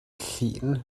llun